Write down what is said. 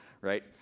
right